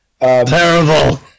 Terrible